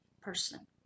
person